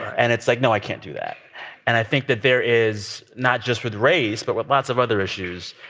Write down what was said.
and it's like, no, i can't do that and i think that there is not just with race, but with lots of other issues,